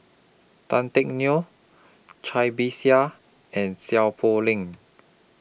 Tan Teck Neo Cai Bixia and Seow Poh Leng